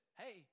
hey